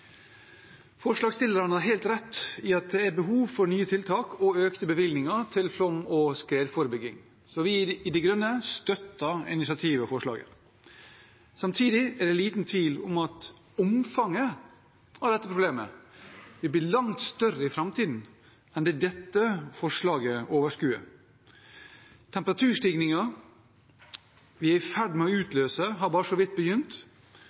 Forslagsstillerne har helt rett i at det er behov for nye tiltak og økte bevilgninger til flom- og skredforebygging, så vi i De Grønne støtter initiativet og forslaget. Samtidig er det liten tvil om at omfanget av dette problemet vil bli langt større i framtiden enn det dette forslaget overskuer. Temperaturstigningen vi er i ferd med å utløse, har bare så vidt begynt.